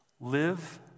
Live